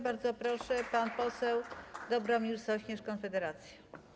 Bardzo proszę, pan poseł Dobromir Sośnierz, Konfederacja.